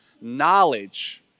knowledge